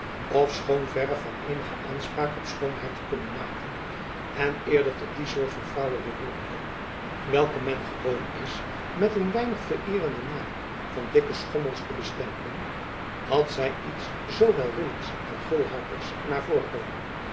ofschoon verre van eenige aanspraak op schoonheid te kunnen maken en eerder tot die soort van vrouwen behoorende welke men gewoon is met den weinig vereerenden naam van dikke schommels te bestempelen had zy iets zoo welwillends en gulhartigs in haar voorkomen